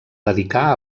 dedicar